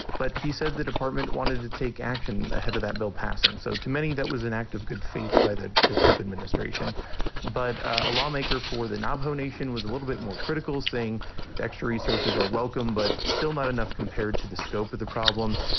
but he said the department wanted to take action ahead of that bill passing. so to many, that was an act of good faith by the the trump administration but a lawmaker for the navajo nation was a little bit more critical, saying the extra resources are welcome but still not enough compared to the scope of the problem.